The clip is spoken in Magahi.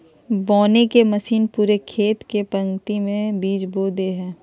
बोने के मशीन पूरे खेत में पंक्ति में बीज बो दे हइ